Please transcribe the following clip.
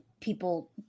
people